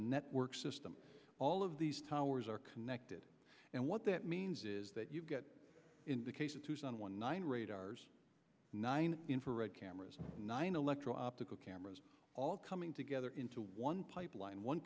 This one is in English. network system all of these towers are connected and what that means is that you get in the case of tucson one nine radars nine infrared cameras nine electoral cameras all coming together into one pipeline one